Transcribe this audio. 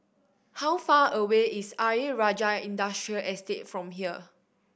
how far away is Ayer Rajah Industrial Estate from here